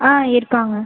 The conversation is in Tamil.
ஆ இருக்காங்க